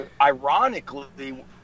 Ironically